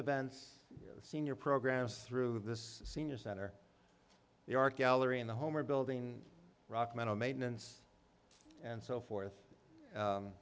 events senior programs through this senior center the arc gallery in the home or building rock metal maintenance and so forth